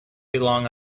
belong